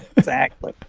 exactly.